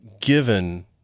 given